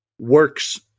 works